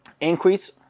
Increase